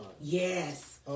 Yes